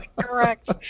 Correct